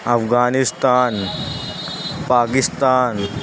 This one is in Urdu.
افغانستان پاکستان